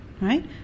right